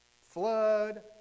flood